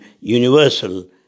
universal